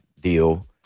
deal